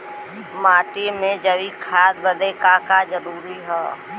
माटी में जैविक खाद बदे का का जरूरी ह?